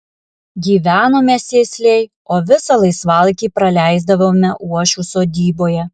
gyvenome sėsliai o visą laisvalaikį praleisdavome uošvių sodyboje